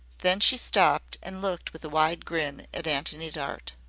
then she stopped and looked with a wide grin at antony dart.